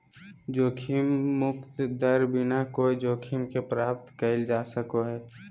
जोखिम मुक्त दर बिना कोय जोखिम के प्राप्त कइल जा सको हइ